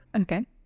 Okay